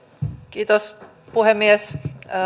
puhemies